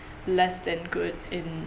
less than good in